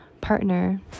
partner